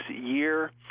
year